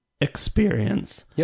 experience